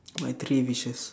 my three wishes